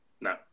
No